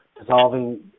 dissolving